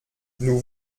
nous